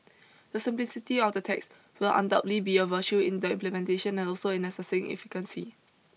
the simplicity of the tax will undoubtedly be a virtue in the implementation and also in assessing efficacy